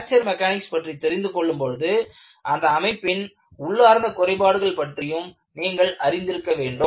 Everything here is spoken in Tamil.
பிராக்ச்சர் மெக்கானிக்ஸ் பற்றி தெரிந்து கொள்ளும் பொழுது அந்த அமைப்பின் உள்ளார்ந்த குறைபாடுகள் பற்றியும் நீங்கள் அறிந்திருக்க வேண்டும்